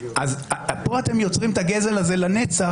אז פה אתם יוצרים את הגזל הזה לנצח.